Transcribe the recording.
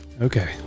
okay